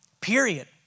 Period